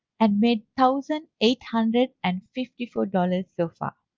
and made thousand eight hundred and fifty four dollars so far.